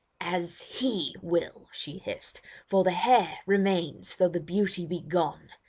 as he will she hissed for the hair remains though the beauty be gone.